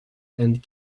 and